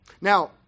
Now